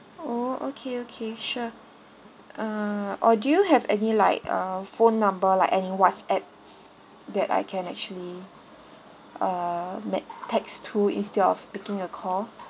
oh okay okay sure um or do you have any like uh phone number like any whatsapp that I can actually uh make text to instead of making a call